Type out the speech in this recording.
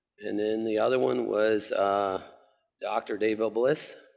and then the other one was ah dr. dave bliss,